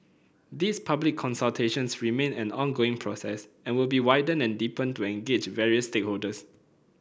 these public consultations remain an ongoing process and will be widened and deepened to engage various stakeholders